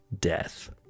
death